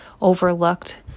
overlooked